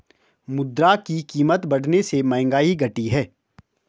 मुद्रा की कीमत बढ़ने से महंगाई घटी है